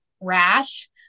rash